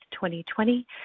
2020